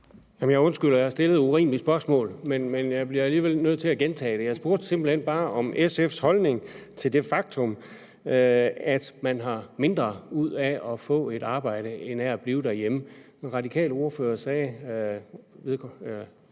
jeg undskylder, at jeg har stillet et urimeligt spørgsmål, men jeg bliver alligevel nødt til at gentage det. Jeg spurgte simpelt hen bare om SF's holdning til det faktum, at man har mindre ud af at få et arbejde end af at blive derhjemme.